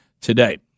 today